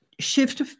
Shift